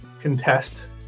contest